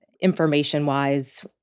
information-wise